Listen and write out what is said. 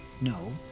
No